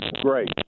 great